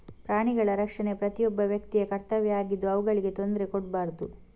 ಪ್ರಾಣಿಗಳ ರಕ್ಷಣೆ ಪ್ರತಿಯೊಬ್ಬ ವ್ಯಕ್ತಿಯ ಕರ್ತವ್ಯ ಆಗಿದ್ದು ಅವುಗಳಿಗೆ ತೊಂದ್ರೆ ಕೊಡ್ಬಾರ್ದು